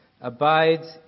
abides